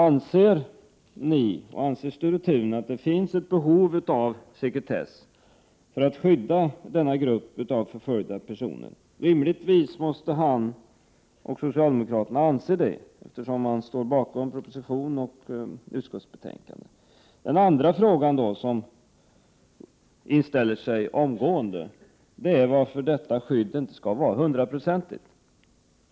Anser ni, Sture Thun, att det finns ett behov av sekretess för att skydda denna grupp förföljda personer? Rimligtvis måste han och socialdemokraterna anse det, eftersom man står bakom propositionen och utskottsbetänkandet. Den andra fråga som omgående inställer sig är: Varför skall detta skydd inte vara hundraprocentigt?